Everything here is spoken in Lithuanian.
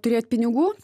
turėt pinigų